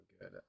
good